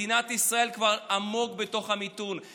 מדינת ישראל כבר עמוק בתוך המיתון,